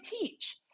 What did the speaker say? teach